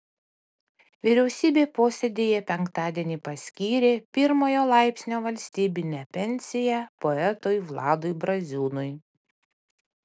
vyriausybė posėdyje penktadienį paskyrė pirmojo laipsnio valstybinę pensiją poetui vladui braziūnui